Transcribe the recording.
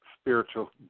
spiritual